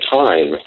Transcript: time